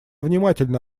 внимательно